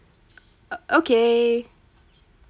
o~ okay